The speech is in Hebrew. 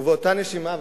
ובאותה נשימה,